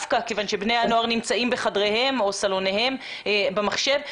כיוון שבני הנוער נמצאים בחדריהם או בסלוניהם עם המחשב.